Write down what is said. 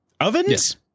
Ovens